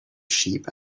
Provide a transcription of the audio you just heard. sheep